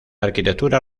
arquitectura